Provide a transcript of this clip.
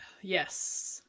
Yes